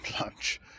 lunch